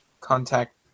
contact